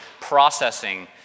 processing